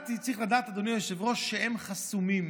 ואתה צריך לדעת, אדוני היושב-ראש, שהם חסומים.